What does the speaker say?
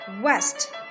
West